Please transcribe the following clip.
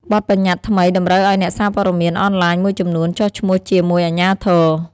បទប្បញ្ញត្តិថ្មីតម្រូវឱ្យអ្នកសារព័ត៌មានអនឡាញមួយចំនួនចុះឈ្មោះជាមួយអាជ្ញាធរ។